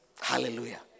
Hallelujah